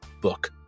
book